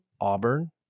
Auburn